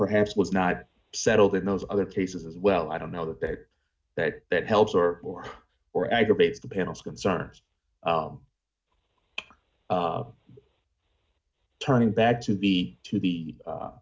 perhaps was not settled in those other cases as well i don't know that that that that helps or or or aggravate the panel's concerns turning back to the to be the